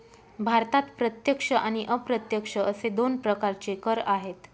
भारतात प्रत्यक्ष आणि अप्रत्यक्ष असे दोन प्रकारचे कर आहेत